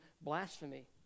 blasphemy